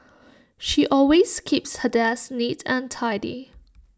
she always keeps her desk neat and tidy